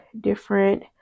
different